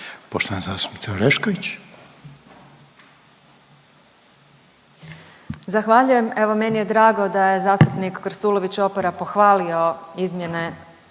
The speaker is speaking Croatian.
imenom i prezimenom)** Zahvaljujem. Evo meni je drago da je zastupnik Krstulović Opara pohvalio izmjene